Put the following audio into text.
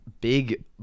big